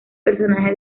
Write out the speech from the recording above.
personaje